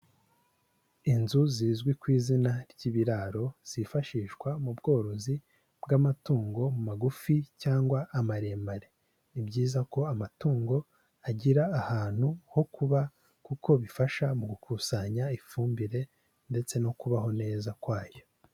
Inzu zizwi izina ry'ibiraro zifashishwa mu bworozi bw'amatungo magufi cyangwa amaremare, ni byiza ko amatungo agira ahantu ho kuba kuko bifasha mu gukusanya ifumbire ndetse no kubaho neza kwayo.